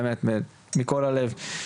באמת מכל הלב.